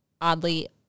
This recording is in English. oddly